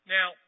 Now